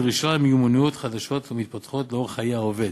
דרישה למיומנויות חדשות ומתפתחות לאורך חיי העובד.